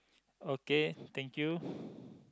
okay thank you